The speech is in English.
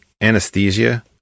anesthesia